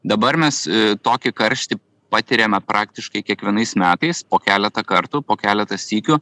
dabar mes tokį karštį patiriame praktiškai kiekvienais metais po keletą kartų po keletą sykių